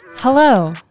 Hello